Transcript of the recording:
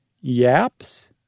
Yaps